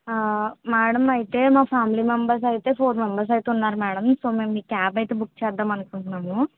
madam అయితే మా family members అయితే ఫోర్ మెంబర్స్ అయితే ఉన్నారు మేడం సో మీ క్యాబ్ అయితే బుక్ చేద్దాము అనుకుంటున్నాము